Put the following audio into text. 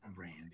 Randy